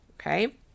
okay